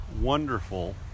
wonderful